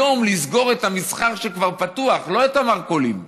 היום לסגור את המסחר שכבר פתוח, לא את המרכולים,